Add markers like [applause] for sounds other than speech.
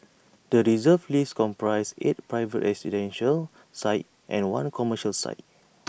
the Reserve List comprises eight private residential sites and one commercial site [noise]